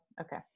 Okay